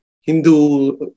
Hindu